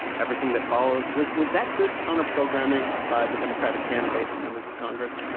everything that followed, was was that good counterprogramming by the democratic candidates and members of congress?